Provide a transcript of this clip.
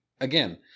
Again